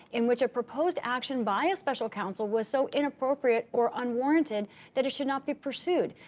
in which are proposed action by special counsel was so inappropriate or unwanted that it should not be pursued.